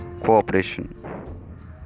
Cooperation